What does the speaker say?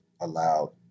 allowed